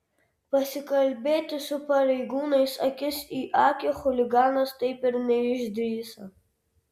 pasikalbėti su pareigūnais akis į akį chuliganas taip ir neišdrįso